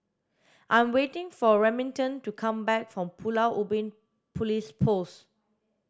I'm waiting for Remington to come back from Pulau Ubin Police Post